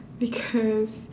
because